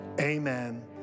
amen